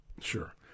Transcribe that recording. Sure